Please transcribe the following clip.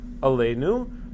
Aleinu